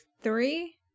three